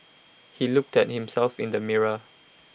he looked at himself in the mirror